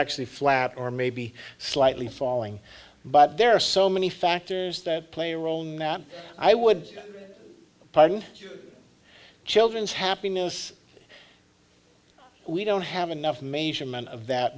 actually flat or maybe slightly falling but there are so many factors that play a role now and i would pardon children's happiness we don't have enough major men of that